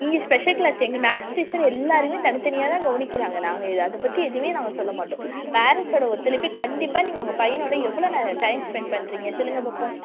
இங்கே special class எங்கள் maths teacher எல்லோரையுமே தனி தனியாக தான் கவனிக்கிறாங்க நாங்கள் இதை அதை பற்றி எதுவுமே நாங்கள் சொல்ல மாட்டோம் பேரெண்ட்ஸோடய ஒத்துழைப்பு கண்டிப்பாக நீங்கள் உங்கள் பையனோடு எவ்வளோ நேரம் டைம் ஸ்பெண்ட் பண்ணுறிங்க சொல்லுங்க பார்ப்போம்